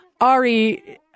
Ari